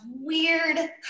weird